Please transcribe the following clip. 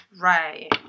Right